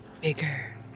bigger